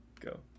go